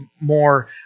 more